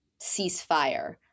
ceasefire